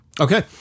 Okay